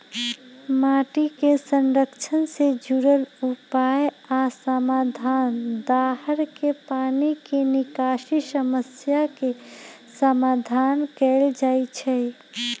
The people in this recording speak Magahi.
माटी के संरक्षण से जुरल उपाय आ समाधान, दाहर के पानी के निकासी समस्या के समाधान कएल जाइछइ